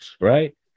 right